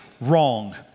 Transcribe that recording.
wrong